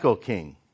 King